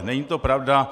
Není to pravda.